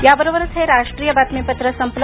याबरोबरच हे राष्ट्रीय बातमीपत्र संपलं